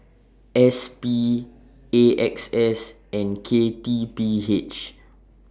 S P A X S and K T P H